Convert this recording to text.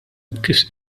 kif